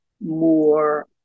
more